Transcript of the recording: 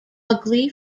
ugly